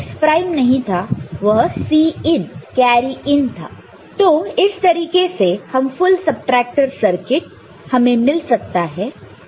d x ⊕ y ⊕ bin इसी तरीके से bout x'y x'bin ybin तो इस तरीके से हम फुल सबट्रैक्टर सर्किट मिल सकता है